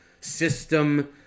system